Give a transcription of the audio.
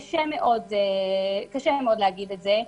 קשה מאוד להגיד את זה.